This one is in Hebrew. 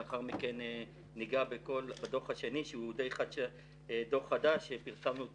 לאחר מכן ניגע בדוח השני שהוא דוח חדש שפרסמנו אותו